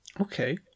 okay